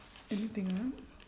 anything ah